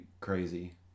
crazy